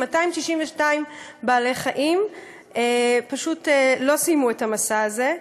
262 בעלי-חיים פשוט לא סיימו את המסע הזה.